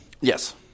Yes